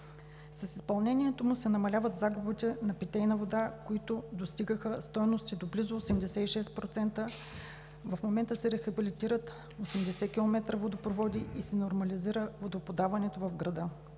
С изпълнението му се намаляват загубите на питейна вода, които достигаха стойности до близо 86%. В момента се рехабилитират 80 км водопроводи и се нормализира водоподаването в града.